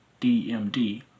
DMD